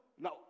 Now